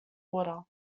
order